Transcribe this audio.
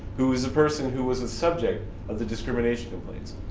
who is a person who was the subject of the discrimination complaints.